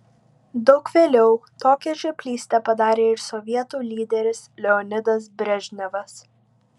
daug vėliau tokią žioplystę padarė ir sovietų lyderis leonidas brežnevas